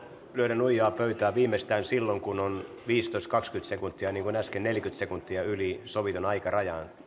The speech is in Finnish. lyödä nuijaa pöytään viimeistään silloin kun on viisitoista viiva kaksikymmentä sekuntia tai niin kuin äsken neljäkymmentä sekuntia yli sovitun aikarajan